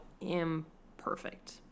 imperfect